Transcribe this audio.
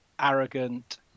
arrogant